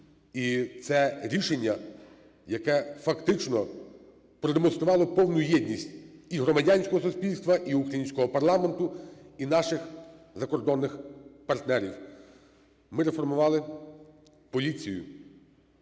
І це рішення, яке фактично продемонструвало повну єдність і громадянського суспільства, і українського парламенту, і наших закордонних партнерів. Ми реформували поліцію.